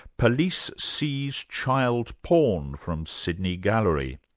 police seize child porn from sydney gallery,